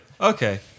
okay